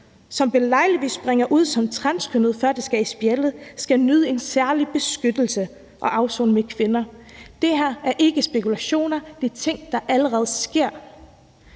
som belejligt springer ud som transkønnet, før vedkommende skal i spjældet, skal nyde en særlig beskyttelse og afsone med kvinder. Det her er ikke spekulationer, men det er ting, der allerede sker,